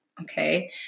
Okay